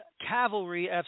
Cavalry